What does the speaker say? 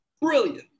brilliant